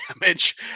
damage